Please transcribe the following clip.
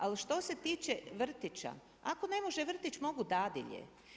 Ali što se tiče vrtića, ako ne može vrtić mogu dadilje.